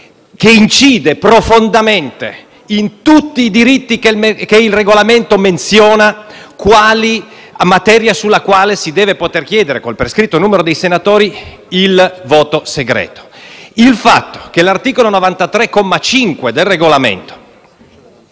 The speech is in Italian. che incide profondamente su tutti i diritti che il Regolamento menziona quali materia sulla quale si deve poter chiedere, con il prescritto numero dei senatori, il voto segreto. Il fatto che l'articolo 93, comma 5, del Regolamento